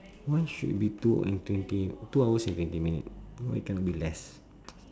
why should be two and twenty two hours and twenty minute why cannot be less